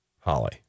Holly